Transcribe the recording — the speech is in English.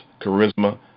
charisma